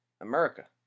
America